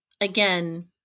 again